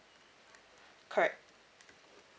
correct